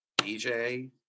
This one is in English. DJ